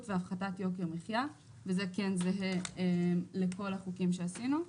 והפחתת יוקר מחייה וזה כן זהה לכל החוקים שעשינו.